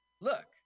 look